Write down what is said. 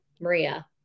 Maria